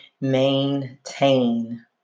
maintain